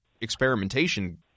experimentation